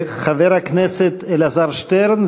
חבר הכנסת אלעזר שטרן,